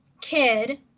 kid